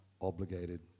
obligated